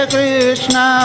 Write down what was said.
Krishna